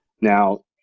Now